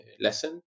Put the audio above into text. lesson